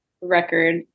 record